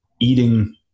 Eating